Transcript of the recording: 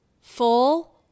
full